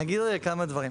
נגיד כמה דברים.